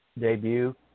debut